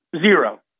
Zero